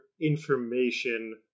information